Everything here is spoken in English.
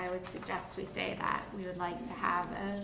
i would suggest we say that we would like to have